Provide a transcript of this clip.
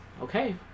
okay